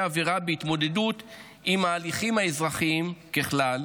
עבירה בהתמודדות עם ההליכים האזרחיים ככלל,